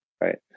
Right